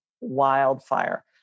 wildfire